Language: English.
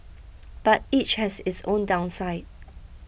but each has its own downside